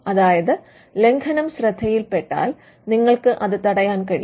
അതായത് ലംഘനം ശ്രദ്ധയിൽ പെട്ടാൽ നിങ്ങൾക്ക് അത് തടയാൻ കഴിയും